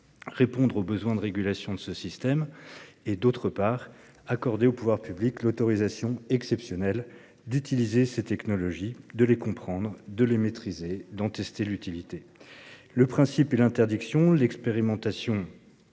répondre aux besoins de régulation de ce système de surveillance, d'autre part, permettre aux pouvoirs publics d'utiliser à titre exceptionnel ces technologies, de les comprendre, de les maîtriser, d'en tester l'utilité. Le principe est l'interdiction, l'expérimentation